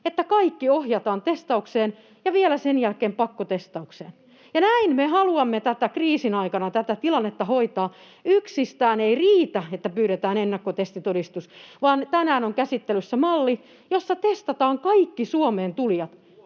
että kaikki ohjataan testaukseen ja vielä sen jälkeen pakkotestaukseen. Näin me haluamme kriisin aikana tätä tilannetta hoitaa. Ei yksistään riitä, että pyydetään ennakkotestitodistus, vaan tänään on käsittelyssä malli, jossa testataan kaikki Suomeen tulijat.